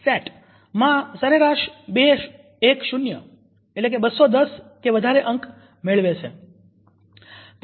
set SAT માં સરેરાશ બે એક શૂન્ય બસો દસ કે વધારે અંક મેળવે છે